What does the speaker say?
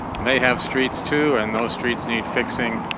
and they have streets too and those streets need fixing.